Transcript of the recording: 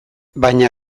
baina